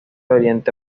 oriente